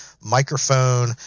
microphone